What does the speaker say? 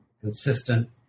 consistent